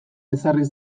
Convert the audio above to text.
ezarri